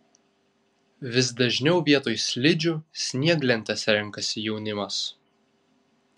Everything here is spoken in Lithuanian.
vis dažniau vietoj slidžių snieglentes renkasi jaunimas